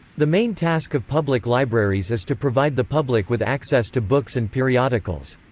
the main task of public libraries is to provide the public with access to books and periodicals.